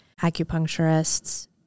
acupuncturists